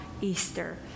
Easter